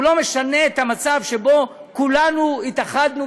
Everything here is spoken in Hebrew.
הוא לא משנה את המצב שבו כולנו התאחדנו